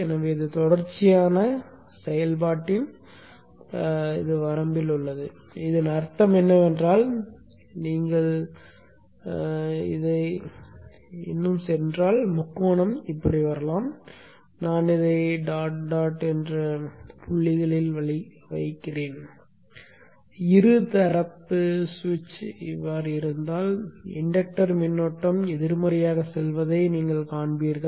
எனவே இது தொடர்ச்சியான செயல்பாட்டின் எல்லையில் உள்ளது இதன் அர்த்தம் என்னவென்றால் நீங்கள் இன்னும் சென்றால் முக்கோணம் இப்படி வரலாம் நான் இதை டாட்டாட் புள்ளியில் வைக்கிறேன் இருதரப்பு சுவிட்ச் இருந்தால் இன்டக்டர்கள் மின்னோட்டம் எதிர்மறையாக செல்வதைக் காண்பீர்கள்